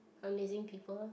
amazing people